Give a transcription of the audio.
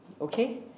Okay